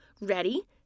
Ready